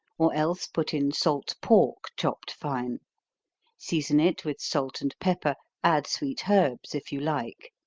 or else put in salt pork, chopped fine season it with salt and pepper add sweet herbs if you like.